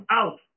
out